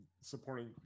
supporting